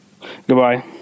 Goodbye